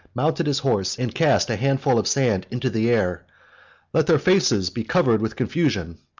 mounted his horse, and cast a handful of sand into the air let their faces be covered with confusion.